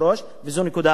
וזו נקודה אחרונה,